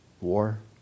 war